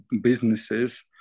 businesses